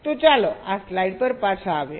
તો ચાલો આ સ્લાઇડ પર પાછા આવીએ